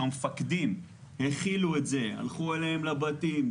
שהמפקדים הכילו את זה הלכו אליהם לבתים,